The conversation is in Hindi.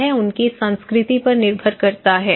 यह उनकी संस्कृति पर निर्भर करता है